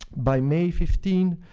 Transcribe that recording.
by may fifteen,